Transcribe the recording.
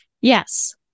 Yes